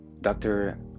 Doctor